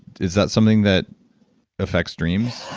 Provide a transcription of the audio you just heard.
is that something that affects dreams?